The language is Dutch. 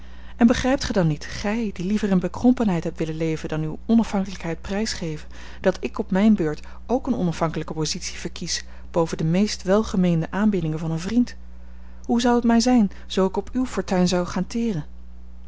en begrijpt gij dan niet gij die liever in bekrompenheid hebt willen leven dan uwe onafhankelijkheid prijs te geven dat ik op mijne beurt ook eene onafhankelijke positie verkies boven de meest welgemeende aanbiedingen van een vriend hoe zou het mij zijn zoo ik op uwe fortuin zou gaan teeren